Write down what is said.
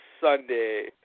Sunday